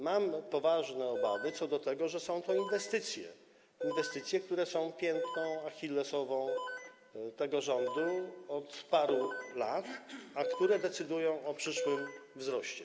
Mam poważne obawy co do tego, że są to inwestycje, które są piętą achillesową tego rządu od paru lat, a które decydują o przyszłym wzroście.